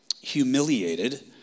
Humiliated